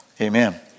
amen